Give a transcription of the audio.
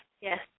Yes